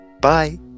Bye